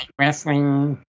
Wrestling